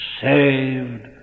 saved